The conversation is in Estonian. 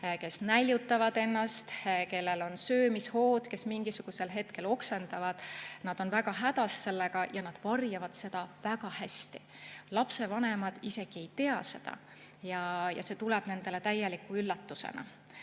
kes näljutavad ennast, kellel on söömishood ja kes mingisugusel hetkel oksendavad. Nad on väga hädas sellega ja nad varjavad seda väga hästi. Lapsevanemad isegi ei tea seda ja see tuleb neile täieliku üllatusena.